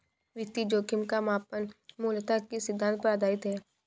वित्तीय जोखिम का मापन मूलतः किस सिद्धांत पर आधारित है?